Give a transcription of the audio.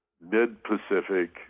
Mid-Pacific